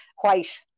white